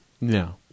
No